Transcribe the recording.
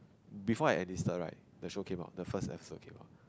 before I enlisted right the show came out first episode came out